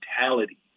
mentality